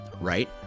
Right